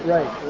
Right